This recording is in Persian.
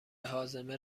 هاضمه